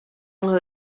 yellow